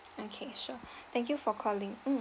okay sure thank you for calling mm